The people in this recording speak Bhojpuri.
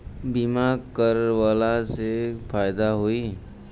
बीमा करवला से का फायदा होयी?